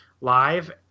live